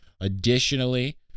Additionally